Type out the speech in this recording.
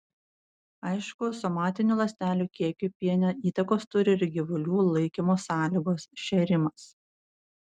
aišku somatinių ląstelių kiekiui piene įtakos turi ir gyvulių laikymo sąlygos šėrimas